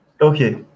okay